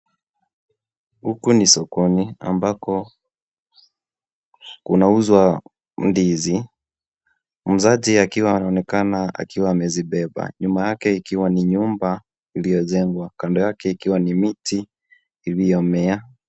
Huku ni sokoni ambako kunauzwa ndizi muuzaji akiwa anaonekana akiwa amezibeba nyuma yake ikiwa ni nyumba iliyojengwa kando yake ikiwa ni miti iliyomea.